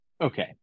Okay